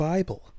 Bible